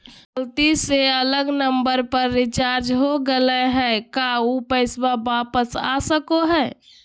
गलती से अलग नंबर पर रिचार्ज हो गेलै है का ऊ पैसा वापस आ सको है?